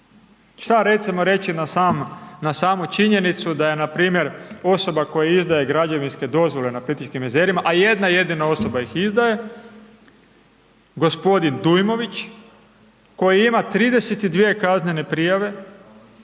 Šta recimo reći na samu činjenicu daje npr. osoba koja izdaje građevinske dozvole na Plitvičkim jezerima a jedna jedina osoba ih izdaje, g. Dujmović koji ima 32 kaznene prijave